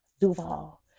duval